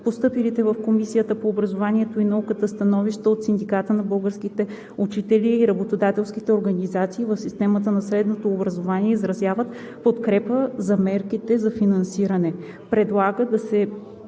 Постъпилите в Комисията по образованието и науката становища от Синдиката на българските учители и от работодателските организации в системата на средното образование изразяват подкрепа за мерките за финансиране. Предлагат да се